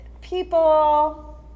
People